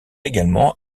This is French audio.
également